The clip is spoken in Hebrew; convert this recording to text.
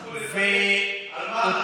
תדאגו לעובדים ותפסיקו לשחק בתקנות חירום.